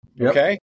okay